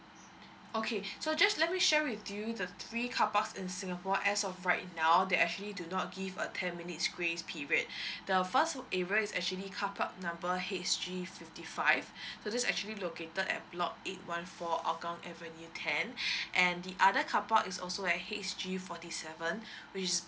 okay so just let me share with you the three car parks in singapore as of right now they actually do not give a ten minutes grace period the first area is actually car park number H_G fifty five so this actually located at block eight one four hougang avenue ten and the other car park is also H_G forty seven which is